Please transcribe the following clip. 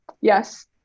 Yes